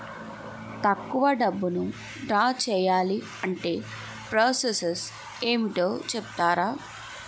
ఎక్కువ డబ్బును ద్రా చేయాలి అంటే ప్రాస సస్ ఏమిటో చెప్తారా?